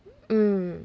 mm